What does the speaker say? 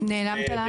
-- נעלמת לנו.